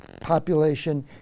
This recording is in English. population